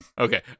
Okay